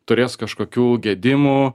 turės kažkokių gedimų